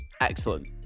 excellent